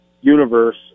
universe